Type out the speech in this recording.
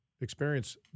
experience